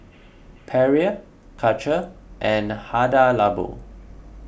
Perrier Karcher and Hada Labo